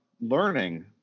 learning